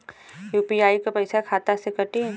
UPI क पैसा खाता से कटी?